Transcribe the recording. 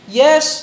yes